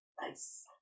Nice